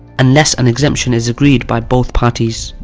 unless an exception is agreed by both parties.